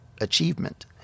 achievement